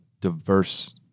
diverse